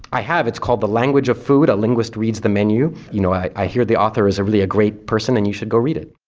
i have, it's called the language of food a linguist reads the menu, you know i hear the author's a really great person and you should go read it.